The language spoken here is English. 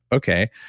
okay,